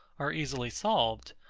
are easily solved,